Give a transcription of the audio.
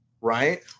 right